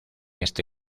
este